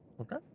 Okay